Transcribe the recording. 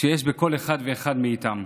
שיש בכל אחד ואחד מהם.